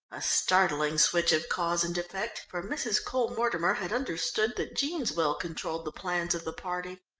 a startling switch of cause and effect, for mrs. cole-mortimer had understood that jean's will controlled the plans of the party.